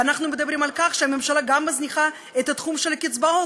ואנחנו מדברים על כך שהממשלה גם מזניחה את התחום של הקצבאות,